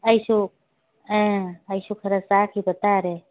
ꯑꯩꯁꯨ ꯑꯥ ꯑꯩꯁꯨ ꯈꯔ ꯆꯥꯈꯤꯕ ꯇꯥꯔꯦ